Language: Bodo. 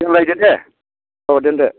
दोनलायदो दे अ दोनदो